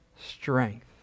strength